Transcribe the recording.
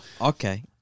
Okay